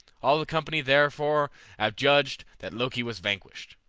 all the company therefore adjudged that loki was vanquished.